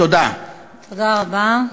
תודה רבה.